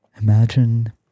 Imagine